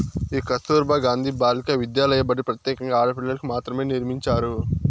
ఈ కస్తుర్బా గాంధీ బాలికా విద్యాలయ బడి ప్రత్యేకంగా ఆడపిల్లలకు మాత్రమే నిర్మించారు